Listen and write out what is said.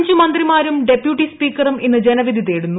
അഞ്ച് മന്ത്രിമാരും ഡെപ്യൂട്ടി സ്പീക്കറും ഇന്ന് ജനവിധി തേടുന്നു